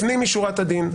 לפנים משורת הדין,